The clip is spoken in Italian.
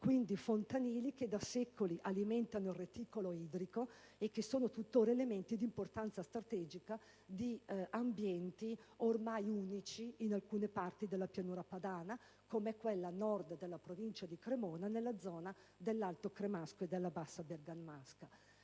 I fontanili da secoli alimentano il reticolo idrico e sono tuttora elementi di importanza strategica di ambienti ormai unici in alcune parti della pianura padana, come è quella a Nord della provincia di Cremona nella zona dell'Alto cremasco e della Bassa bergamasca.